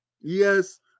Yes